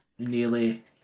Nearly